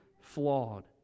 flawed